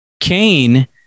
Cain